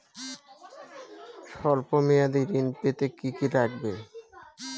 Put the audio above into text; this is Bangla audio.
সল্প মেয়াদী ঋণ পেতে কি কি লাগবে?